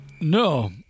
No